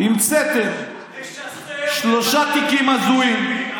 משסה, המצאתם שלושה תיקים הזויים.